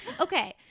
Okay